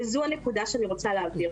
זו הנקודה שאני רוצה להעביר.